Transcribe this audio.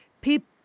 people